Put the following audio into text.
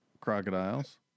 crocodiles